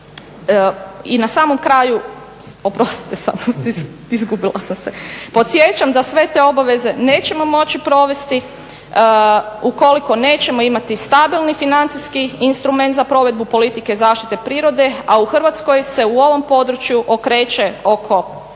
i na samom kraju, oprostite, izgubila sam se. Podsjećam da sve te obaveze nećemo moći provesti ukoliko nećemo imati stabilni financijski instrument za provedbu politike zaštite prirode a u Hrvatskoj se u ovom području okreće oko